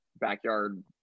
backyard